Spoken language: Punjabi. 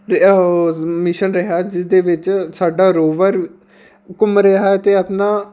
ਰਿਹਾ ਉਹ ਮਿਸ਼ਨ ਰਿਹਾ ਜਿਸਦੇ ਵਿੱਚ ਸਾਡਾ ਰੋਵਰ ਘੁੰਮ ਰਿਹਾ ਹੈ ਅਤੇ ਆਪਣਾ